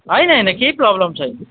होइन होइन केही प्रब्लम छैन